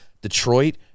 Detroit